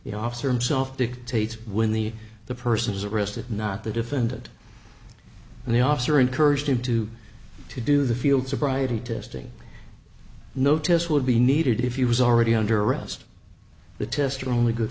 the officer himself dictates when the the person is arrested not the defendant and the officer encouraged him to to do the field sobriety test ing no test would be needed if you was already under arrest the test only good